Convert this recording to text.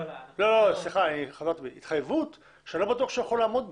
התחייבות שלא בטוח שהוא יכול לעמוד בה.